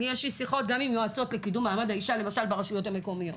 יש לי שיחות גם עם יועצות לקידום מעמד האישה למשל: ברשויות המקומיות.